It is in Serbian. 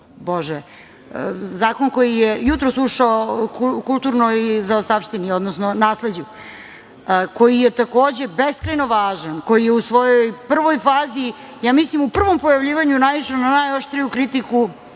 uskoro, a to je Zakon o kulturnoj zaostavštini, odnosno nasleđu, koji je takođe beskrajno važan, koji je u svojoj prvoj fazi, ja mislim u prvom pojavljivanju, naišao na najoštriju kritiku